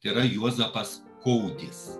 yra juozapas koudis